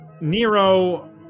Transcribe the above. Nero